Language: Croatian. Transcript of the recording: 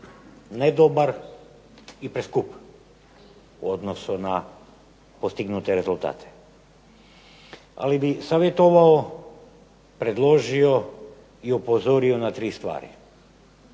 ne dobar i preskup u odnosu na postignute rezultate. Ali bi savjetovao, predložio i upozorio na 3 stvari.